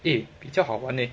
eh 比较好玩 leh